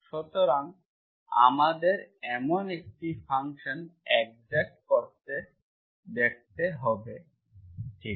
সুতরাং আমাদের এমন একটি ফাংশন এক্সিস্ট করে দেখাতে হবে ঠিক আছে